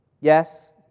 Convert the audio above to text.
Yes